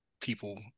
people